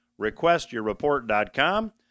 requestyourreport.com